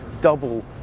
double